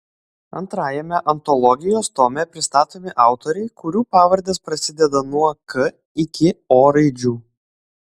antrajame antologijos tome pristatomi autoriai kurių pavardės prasideda nuo k iki o raidžių